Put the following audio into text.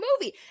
movie